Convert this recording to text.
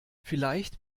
vielleicht